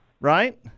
right